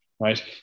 right